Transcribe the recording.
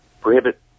prohibit